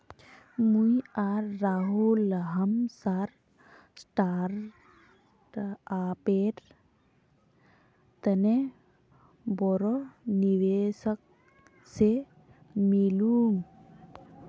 मुई आर राहुल हमसार स्टार्टअपेर तने बोरो निवेशक से मिलुम